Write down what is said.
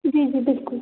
जी जी बिल्कुल